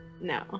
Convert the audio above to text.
No